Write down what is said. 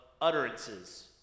Utterances